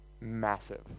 massive